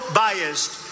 biased